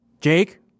Jake